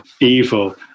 evil